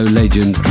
legend